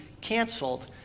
canceled